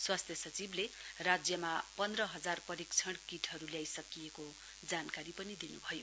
स्वास्थ्य सचिवले राज्यमा पन्ध्रहजारपरीक्षण किटहरु ल्याइसकिएको जानकारी पनि दिनुभयो